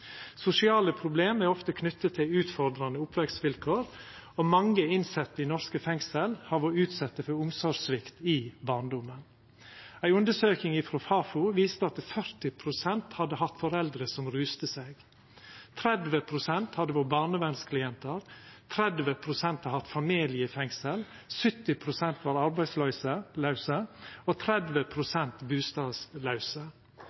Sosiale problem er ofte knytte til utfordrande oppvekstvilkår, og mange innsette i norske fengsel har vore utsette for omsorgssvikt i barndommen. Ei undersøking frå Fafo viste at 40 pst. hadde hatt foreldre som rusa seg, 30 pst. hadde vore barnevernsklientar, 30 pst. hadde hatt familie i fengsel, 70 pst. var arbeidslause og 30